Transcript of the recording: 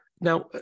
Now